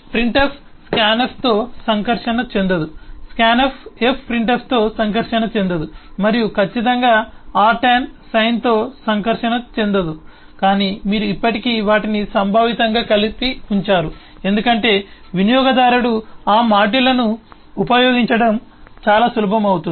Printf స్కాన్ఫ్తో సంకర్షణ చెందదు స్కాన్ఫ్ fprintf తో సంకర్షణ చెందదు మరియు ఖచ్చితంగా rtan sinతో సంకర్షణ చెందదు కాని మీరు ఇప్పటికీ వాటిని సంభావితంగా కలిసి ఉంచారు ఎందుకంటే వినియోగదారుడు ఆ మాడ్యూల్ను ఉపయోగించడం చాలా సులభం అవుతుంది